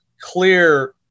clear